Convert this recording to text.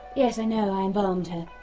yes i know. i embalmed her.